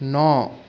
नौ